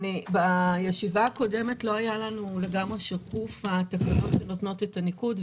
בישיבה הקודמת לא היה לנו לגמרי שקוף התקנות שנותנות את הניקוד,